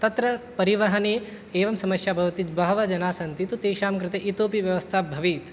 तत्र परिवहने एवं समस्या भवति बहवः जनाः सन्ति तु तेषां कृते इतोऽपि व्यवस्था भवेत्